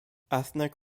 ethnic